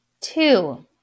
Two